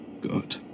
good